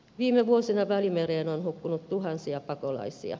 viime vuosina välimereen on hukkunut tuhansia pakolaisia